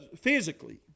physically